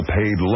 paid